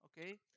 okay